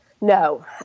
No